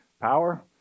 power